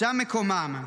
שם מקומם.